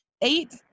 eight